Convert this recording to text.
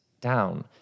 down